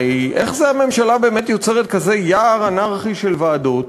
הרי איך זה שהממשלה באמת יוצרת כזה יער אנרכי של ועדות?